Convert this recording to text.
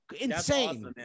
insane